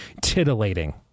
titillating